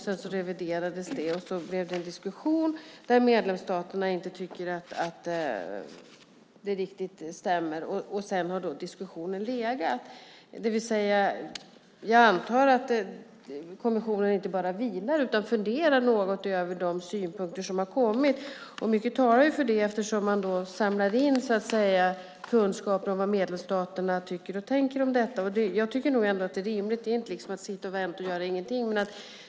Det reviderades och sedan blev det en diskussion där medlemsstaterna inte tycker att det riktigt stämmer. Diskussionen har sedan legat nere. Jag antar att kommissionen inte bara vilar utan funderar något över de synpunkter som har kommit. Mycket talar för det eftersom man samlar in kunskaper om vad medlemsstaterna tycker och tänker om detta. Jag tycker att det är rimligt. Det är inte att sitta och vänta och göra ingenting.